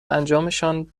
انجامشان